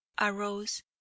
arose